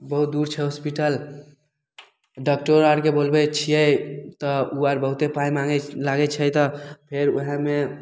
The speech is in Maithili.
बहुत दूर छै होस्पिटल डाक्टरो आरके बोलबैत छियै तऽ आर बहुत्ते पाइ माँगे लागैत छै तऽ फेर ओहएमे